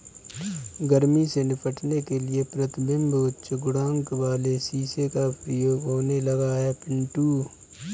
गर्मी से निपटने के लिए प्रतिबिंब उच्च गुणांक वाले शीशे का प्रयोग होने लगा है पिंटू